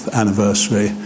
anniversary